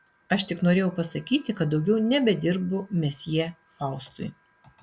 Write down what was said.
aš tik norėjau pasakyti kad daugiau nebedirbu mesjė faustui